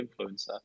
influencer